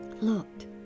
looked